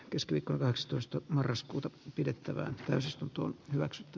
keskiviikko rastoista marraskuuta pidettävään täysistuntoon hyväksytty